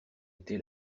été